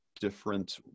different